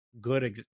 good